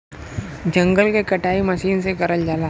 जंगल के कटाई मसीन से करल जाला